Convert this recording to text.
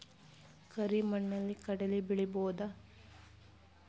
ಕರಿ ಮಣ್ಣಲಿ ಕಡಲಿ ಬೆಳಿ ಬೋದ?